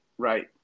Right